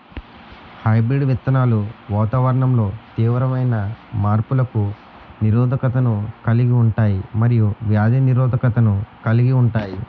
hybrid విత్తనాలు వాతావరణంలో తీవ్రమైన మార్పులకు నిరోధకతను కలిగి ఉంటాయి మరియు వ్యాధి నిరోధకతను కలిగి ఉంటాయి